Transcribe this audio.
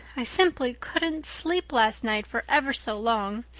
i simply couldn't sleep last night for ever so long.